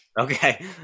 Okay